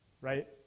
right